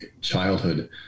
childhood